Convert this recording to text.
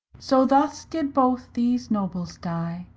so thus did both these nobles dye,